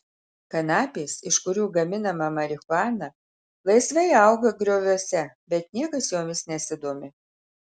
kanapės iš kurių gaminama marihuana laisvai auga grioviuose bet niekas jomis nesidomi